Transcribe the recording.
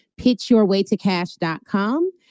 pitchyourwaytocash.com